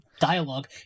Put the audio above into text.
dialogue